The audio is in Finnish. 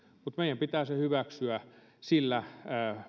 mutta meidän pitää se hyväksyä sillä